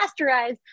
pasteurize